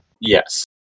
Yes